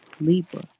Libra